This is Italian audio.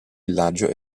villaggi